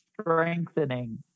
strengthening